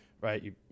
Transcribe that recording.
right